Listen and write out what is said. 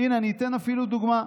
הינה, אני אתן אפילו דוגמה: